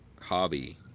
hobby